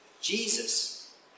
Jesus